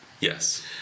Yes